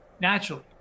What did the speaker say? naturally